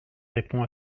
répond